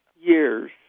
years